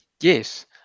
Yes